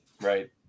right